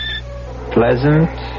pleasant